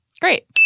Great